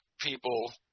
people